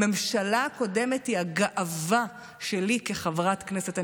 הממשלה הקודמת היא הגאווה שלי כחברת הכנסת.